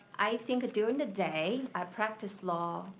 i think during the day i practice law,